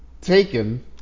taken